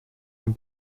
нам